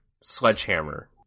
Sledgehammer